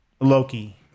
Loki